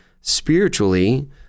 spiritually